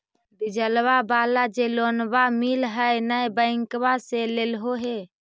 डिजलवा वाला जे लोनवा मिल है नै बैंकवा से लेलहो हे?